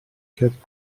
kehrt